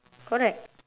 correct